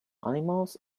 animals